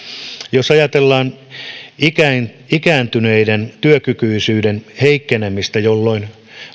jos ajatellaan ikääntyneiden työkykyisyyden heikkenemistä jolloin